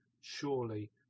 Surely